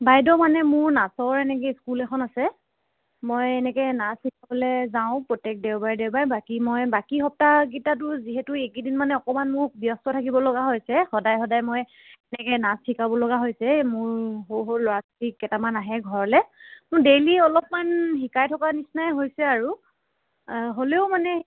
বাইদেউ মানে মোৰ নাচৰ এনেকৈ স্কুল এখন আছে মই এনেকৈ নাচ শিকাবলৈ যাওঁ প্ৰত্যেক দেওবাৰে দেওবাৰে বাকী মই বাকী সপ্তাহকেইটাতো যিহেতু এইকেইদিন মানে অকণমান মোৰ ব্যস্ত থাকিব লগা হৈছে সদায় সদায় মই এনেকৈ নাচ শিকাব লগা হৈছে মোৰ সৰু সৰু ল'ৰা ছোৱালী কেইটামান আহে ঘৰলৈ মোৰ ডেইলী অলপমান শিকাই থকা নিচিনাই হৈছে আৰু হ'লেও মানে